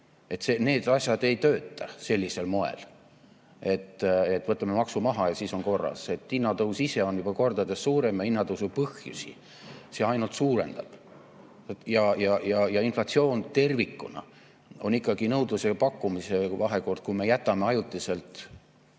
Need asjad ei tööta sellisel moel, et võtame maksu maha, ja siis on korras. Hinnatõus ise on juba kordades suurem ja hinnatõusu põhjusi see ainult suurendab. Inflatsioon tervikuna [tuleneb] ikkagi nõudluse ja pakkumise vahekorrast. Kui me jätame ajutiselt –